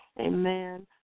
amen